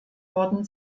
worden